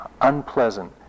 unpleasant